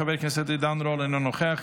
חבר הכנסת אביגדור ליברמן, אינו נוכח,